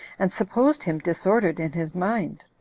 and supposed him disordered in his mind.